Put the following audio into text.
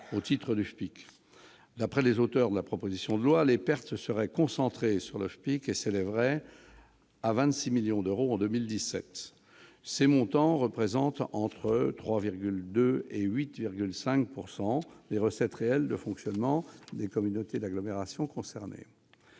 au titre du FPIC. D'après les auteurs de la proposition de loi, les pertes seraient concentrées sur le FPIC et s'élèveraient à 26 millions d'euros en 2017. Ces montants représentent entre 3,2 % et 8,5 % des recettes réelles de fonctionnement des communautés d'agglomération concernées.